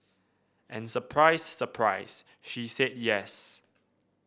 and surprise surprise she said yes